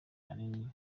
ahanini